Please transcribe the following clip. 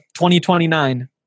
2029